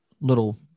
little